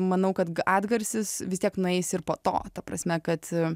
manau kad atgarsis vis tiek nueis ir po to ta prasme kad